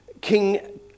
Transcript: King